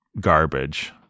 garbage